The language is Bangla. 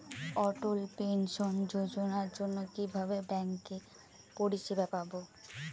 অটল পেনশন যোজনার জন্য কিভাবে ব্যাঙ্কে পরিষেবা পাবো?